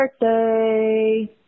birthday